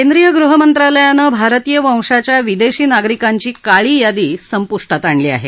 केंद्रीय गृह मंत्रालयानं भारतीय वंशाच्या विदेशी नागरिकांची काळी यादी संपुष्टात आणली आहे